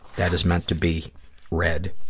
that is meant to be read.